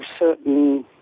certain